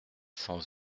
cents